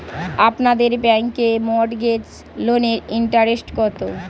আপনাদের ব্যাংকে মর্টগেজ লোনের ইন্টারেস্ট কত?